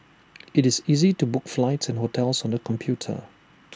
IT is easy to book flights and hotels on the computer